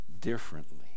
differently